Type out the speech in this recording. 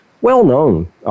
well-known